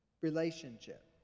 relationship